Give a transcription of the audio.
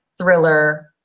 thriller